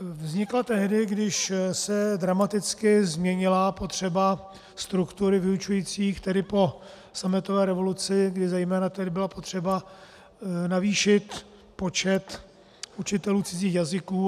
Vznikla tehdy, když se dramaticky změnila potřeba struktury vyučujících, tedy po sametové revoluci, kdy zejména tedy bylo potřeba navýšit počet učitelů cizích jazyků.